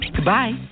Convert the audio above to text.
Goodbye